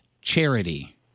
charity